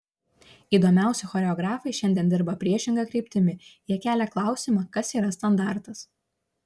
įdomiausi choreografai šiandien dirba priešinga kryptimi jie kelia klausimą kas yra standartas